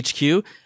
HQ